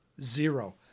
Zero